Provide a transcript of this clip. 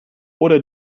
oder